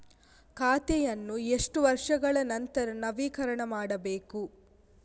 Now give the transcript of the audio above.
ಖಾತೆಯನ್ನು ಎಷ್ಟು ವರ್ಷಗಳ ನಂತರ ನವೀಕರಣ ಮಾಡಬೇಕು?